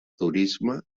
turisme